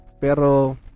pero